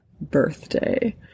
birthday